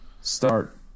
Start